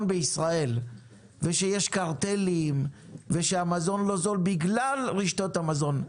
בישראל ושיש קרטלים ושהמזון לא זול בגלל רשתות המזון.